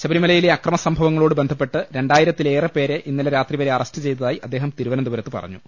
ശബരമലയിലെ അക്രമ സംഭവങ്ങളോട് ബന്ധ പ്പെട്ട് രണ്ടായിരത്തിലേറെപേരെ ഇന്നലെ രാത്രിവരെ അറസ്റ്റ് ചെയ്തതായി അദ്ദേഹം തിരുവനന്തപുരത്ത് പറഞ്ഞു